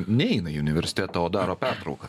neina į universitetą o daro pertrauką